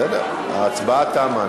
בסדר, ההצבעה תמה.